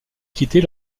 quitter